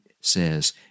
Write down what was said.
says